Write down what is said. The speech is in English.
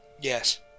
Yes